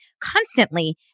constantly